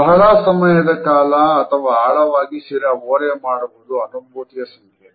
ಬಹಳ ಸಮಯದ ಕಾಲ ಅಥವಾ ಆಳವಾಗಿ ಶಿರ ಓರೇ ಮಾಡುವುದು ಅನುಭೂತಿಯ ಸಂಕೇತ